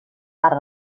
part